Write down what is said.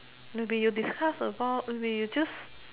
maybe you discuss about maybe you just